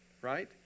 Right